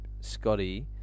Scotty